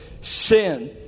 Sin